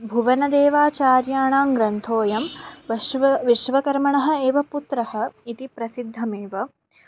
भुवनदेवाचार्याणां ग्रन्थोयं पश्चिमविश्वकर्मणः एव पुत्रः इति प्रसिद्धमेव